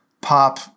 pop